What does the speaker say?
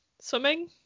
Swimming